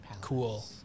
cool